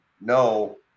no